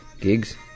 gigs